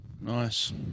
nice